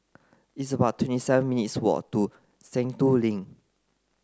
it's about twenty seven minutes' walk to Sentul Link